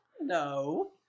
No